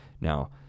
Now